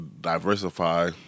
diversify